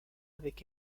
avec